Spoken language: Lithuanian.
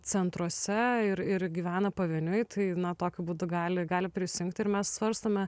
centruose ir ir gyvena pavieniui tai na tokiu būdu gali gali prisijungti ir mes svarstome